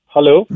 Hello